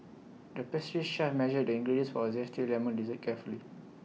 the pastry chef measured the ingredients for A Zesty Lemon Dessert carefully